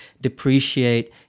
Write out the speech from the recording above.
depreciate